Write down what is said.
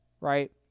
right